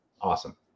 awesome